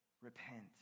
Repent